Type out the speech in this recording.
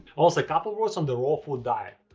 also, a couple words on the raw food diet.